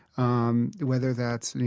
um whether that's,